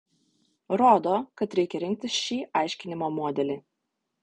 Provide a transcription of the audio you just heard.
rodo kad reikia rinktis šį aiškinimo modelį